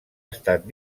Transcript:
estan